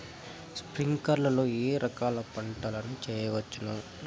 స్ప్రింక్లర్లు లో ఏ ఏ రకాల పంటల ను చేయవచ్చును?